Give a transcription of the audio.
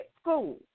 school